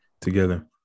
together